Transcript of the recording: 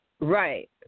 Right